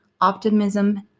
optimism